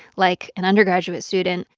like an undergraduate student,